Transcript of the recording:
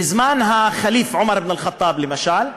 בזמן הח'ליף עומר אבן אל-ח'טאב, למשל,